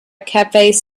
cafe